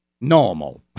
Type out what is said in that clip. normal